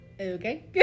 Okay